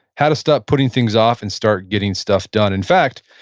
how to stop putting things off and start getting stuff done. in fact,